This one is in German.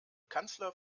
kanzler